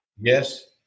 Yes